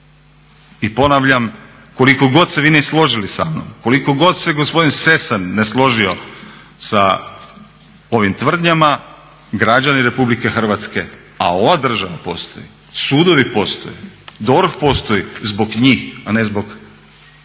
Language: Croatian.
I ponavljam koliko god se vi ne složili samnom, koliko god se gospodin …/Govornik se ne razumije./… sa ovim tvrdnjama, građani Republike Hrvatske a ova država postoji, sudovi postoje, DORH postoji zbog njih a ne zbog samih